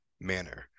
manner